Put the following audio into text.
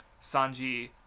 Sanji